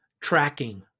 tracking